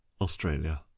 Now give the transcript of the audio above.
Australia